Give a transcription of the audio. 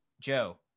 Joe